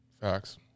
Facts